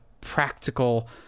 practical